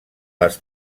les